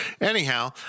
Anyhow